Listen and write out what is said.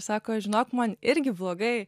sako žinok man irgi blogai